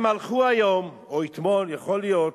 הם הלכו היום, או אתמול, יכול להיות,